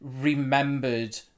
remembered